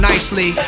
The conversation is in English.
Nicely